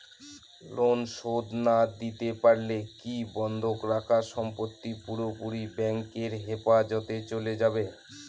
Loan শোধ না দিতে পারলে কি বন্ধক রাখা সম্পত্তি পুরোপুরি ব্যাংকের হেফাজতে চলে যাবে?